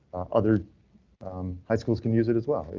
other high schools can use it as well.